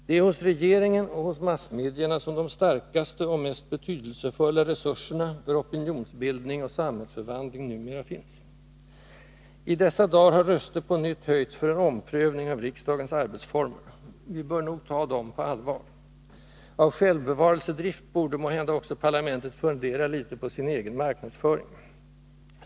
Det är hos regeringen och hos massmedierna som de starkaste och mest betydelsefulla resurserna för opinionsbildning och samhällsförvandling numera finns. I dessa dagar har röster på nytt höjts för en omprövning av riksdagens arbetsformer. Vi bör nog ta dem på allvar. Av självbevarelsedrift borde måhända också parlamentet fundera litet på sin egen marknadsföring.